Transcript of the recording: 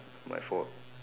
my fault